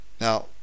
Now